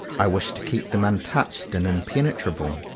i wish to keep them untouched and impenetrable.